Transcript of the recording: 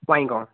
வாங்க்கோங்க